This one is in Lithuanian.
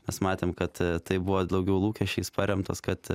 mes matėm kad tai buvo daugiau lūkesčiais paremtas kad